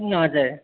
हजुर